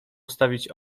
stawić